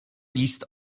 list